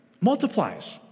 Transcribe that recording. multiplies